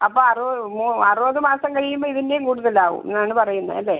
അപ്പോൾ അറുപത് അറുപത് മാസം കഴിയുമ്പോൾ ഇതിൻ്റെയും കൂടുതലാവും എന്നാണ് പറയുന്നത് അല്ലേ